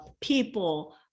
people